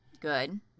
good